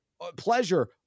pleasure